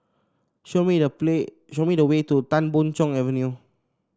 show me the play show me the way to Tan Boon Chong Avenue